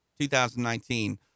2019